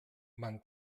man